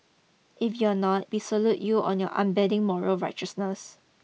if you're not we salute you on your unbending moral righteousness